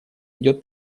идет